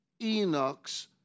Enoch's